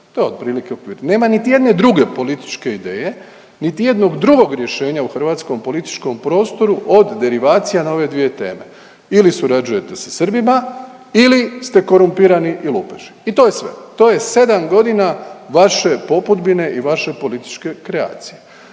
To je otprilike okvir. Nema niti jedne druge političke ideje, niti jednog drugog rješenja u hrvatskom političkom prostoru od derivacija na ove dvije teme. Ili surađujete sa Srbima ili ste korumpirani i lupeži. I to je sve. To je 7 godina vaše poputbine i vaše političke kreacije.